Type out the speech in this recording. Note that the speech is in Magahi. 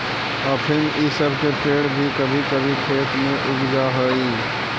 अफीम इ सब के पेड़ भी कभी कभी खेत में उग जा हई